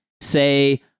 Say